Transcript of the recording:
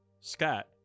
Scott